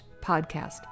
podcast